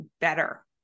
better